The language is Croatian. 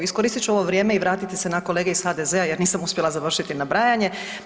Iskoristit ću ovo vrijeme i vratiti se na kolege iz HDZ-a jer nisam uspjela završiti nabrajanje.